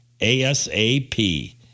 asap